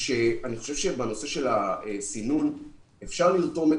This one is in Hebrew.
שאני חושב שבנושא של הסינון אפשר לרתום את